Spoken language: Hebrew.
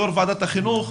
יו"ר ועדת החינוך,